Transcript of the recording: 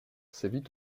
sévit